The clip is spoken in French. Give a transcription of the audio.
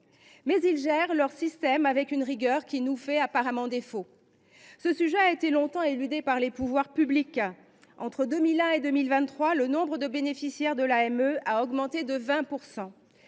mais ils gèrent leur système avec une rigueur qui nous fait manifestement défaut. Ce sujet a été longtemps éludé par les pouvoirs publics. Entre 2001 et 2023, le nombre de bénéficiaires de l’AME a augmenté de 20 %.